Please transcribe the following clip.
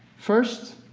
first,